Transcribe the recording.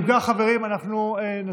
אם כך, חברים, אנחנו נצביע